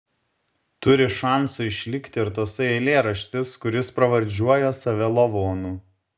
turi šansų išlikti ir tasai eilėraštis kuris pravardžiuoja save lavonu